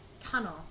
tunnel